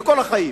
לכל החיים?